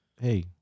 Hey